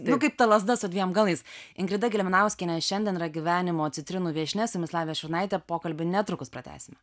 nu kaip ta lazda su dviem galais ingrida gelminauskienė šiandien yra gyvenimo citrinų viešnia su jumis lavija šurnaitė pokalbį netrukus pratęsime